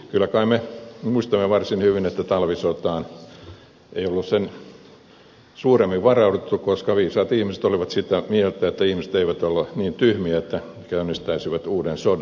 kyllä kai me muistamme varsin hyvin että talvisotaan ei ollut sen suuremmin varauduttu koska viisaat ihmiset olivat sitä mieltä että ihmiset eivät ole niin tyhmiä että käynnistäisivät uuden sodan